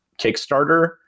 Kickstarter